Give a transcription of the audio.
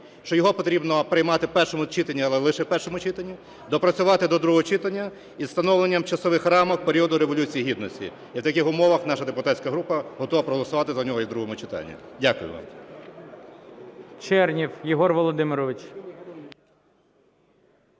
що його потрібно приймати в першому читанні, але лише в першому читанні, доопрацювати до другого читання із встановлення часових рамок періоду Революції Гідності. І в таких умовах наша депутатська група готова проголосувати за нього і в другому читанні. Дякую